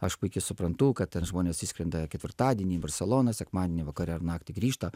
aš puikiai suprantu kad ten žmonės išskrenda ketvirtadienį barselona sekmadienį vakare ar naktį grįžta